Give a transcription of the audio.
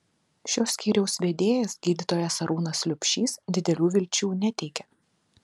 šio skyriaus vedėjas gydytojas arūnas liubšys didelių vilčių neteikė